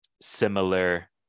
similar